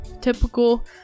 typical